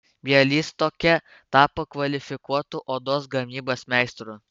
bialystoke tapo kvalifikuotu odos gamybos meistru